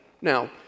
Now